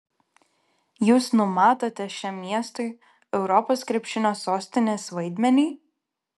jūs numatote šiam miestui europos krepšinio sostinės vaidmenį